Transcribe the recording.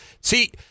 See